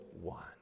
one